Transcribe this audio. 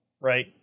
right